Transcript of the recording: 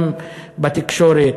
גם בתקשורת,